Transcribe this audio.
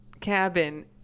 cabin